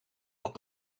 had